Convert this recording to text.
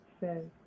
says